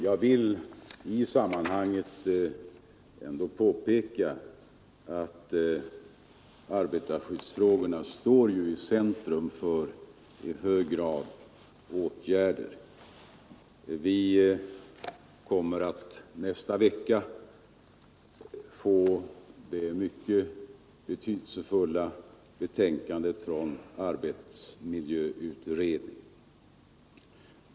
Jag vill i sammanhanget påpeka att arbetarskyddsfrågorna i hög grad står i centrum för åtgärder. Vi kommer att nästa vecka få det mycket betydelsefulla betänkandet från arbetsmiljöutredningen.